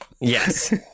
Yes